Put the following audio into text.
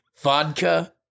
Vodka